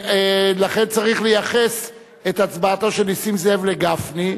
ולכן צריך לייחס את הצבעתו של נסים זאב לגפני.